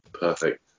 Perfect